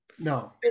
No